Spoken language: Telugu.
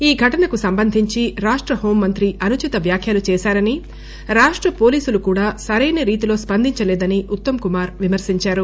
ఈ ఘటనకు సంబంధించి రాష్ట హోంమంత్రి అనుచిత వ్యాఖ్యలు చేశారని రాష్ట పోలీసులు కూడా సరైన రీతిలో స్పందించలేదని ఉత్తమ్ కుమార్ విమర్పించారు